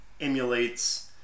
emulates